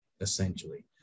essentially